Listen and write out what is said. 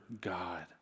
God